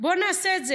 בואו נעשה את זה,